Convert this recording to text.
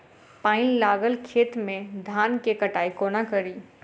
पानि लागल खेत मे धान केँ कटाई कोना कड़ी?